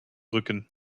rücken